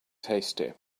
tasty